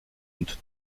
und